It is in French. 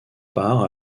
part